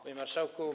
Panie Marszałku!